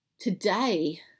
Today